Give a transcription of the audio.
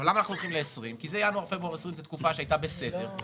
אנחנו הולכים ל-2020 כי ינואר-פברואר 2020 היא תקופה שהייתה בסדר.